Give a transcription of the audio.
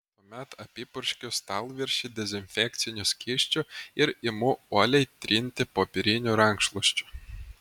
tuomet apipurškiu stalviršį dezinfekciniu skysčiu ir imu uoliai trinti popieriniu rankšluosčiu